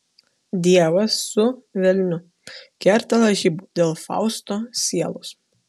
dievas su velniu kerta lažybų dėl fausto sielos